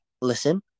listen